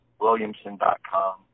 Williamson.com